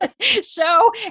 Show